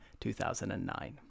2009